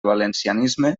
valencianisme